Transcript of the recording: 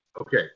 Okay